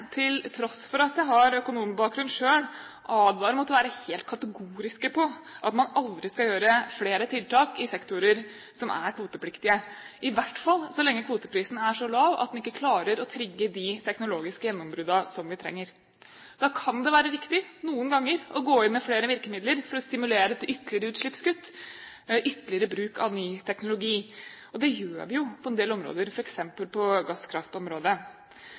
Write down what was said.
til tross for at jeg har økonom-bakgrunn selv, advare mot å være helt kategorisk på at man aldri skal gjøre flere tiltak i sektorer som er kvotepliktige, i hvert fall så lenge kvoteprisen er så lav at den ikke klarer å trigge de teknologiske gjennombruddene som vi trenger. Da kan det noen ganger være riktig å gå inn med flere virkemidler for å stimulere til ytterligere utslippskutt og ytterligere bruk av ny teknologi. Og det gjør vi jo på en del områder, f.eks. på gasskraftområdet.